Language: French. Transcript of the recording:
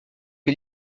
que